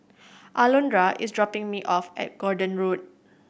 Alondra is dropping me off at Gordon Road